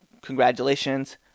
congratulations